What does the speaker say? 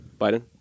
Biden